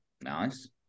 Nice